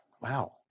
Wow